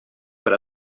per